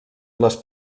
les